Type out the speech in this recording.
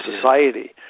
society